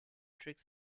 trick